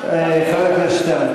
חבר הכנסת שטרן,